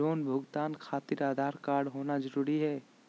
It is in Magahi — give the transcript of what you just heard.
लोन भुगतान खातिर आधार कार्ड होना जरूरी है?